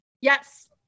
Yes